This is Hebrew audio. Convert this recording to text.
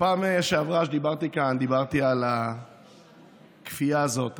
בפעם שעברה שדיברתי כאן דיברתי על הכפייה הזאת,